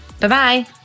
Bye-bye